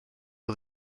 nhw